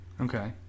Okay